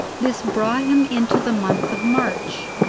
this brought him into the month of march.